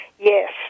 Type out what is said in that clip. Yes